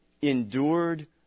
Endured